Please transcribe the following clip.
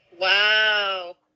Wow